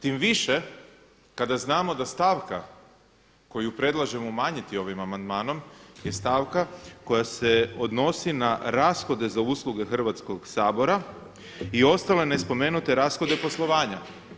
Tim više, kada znamo da stavka koju predlažemo umanjiti ovim amandmanom je stavka koja se odnosi na rashode za usluge Hrvatskog sabora i ostale nespomenute rashode poslovanja.